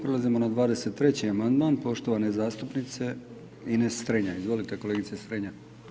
Prelazimo na 23. amandman poštovane zastupnice Ines Strenja, izvolite kolegice Strenja.